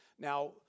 Now